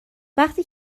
وقتی